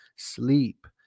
Sleep